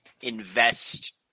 invest